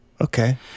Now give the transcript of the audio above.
Okay